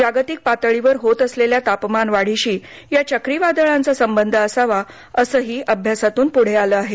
जागतिक पातळीवर होत असलेल्या तापमान वाढीशी या चक्री वादळांचा संबंध असावा असं ही अभ्यासातून पुढं आलं आहे